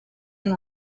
than